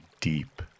deep